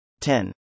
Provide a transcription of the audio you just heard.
10